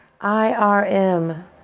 I-R-M